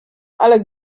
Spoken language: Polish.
ale